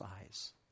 eyes